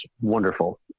wonderful